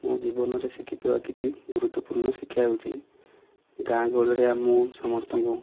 ମୁଁ ଜୀବନରେ ଶିଖିଥିବା କିଛି ଗୁରୁତ୍ଵପୂର୍ଣ୍ଣ ଶିକ୍ଷା ହେଉଛି ଗାଁ ଗହଳିରେ ମୁଁ ସମସ୍ତଙ୍କୁ